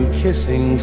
kissing